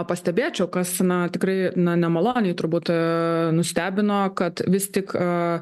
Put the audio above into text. pastebėčiau kas na tikrai na nemaloniai turbūt nustebino kad vis tik